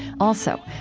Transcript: also,